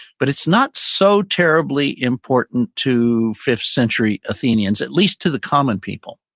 but it's not so terribly important to fifth century athenians, at least to the common people.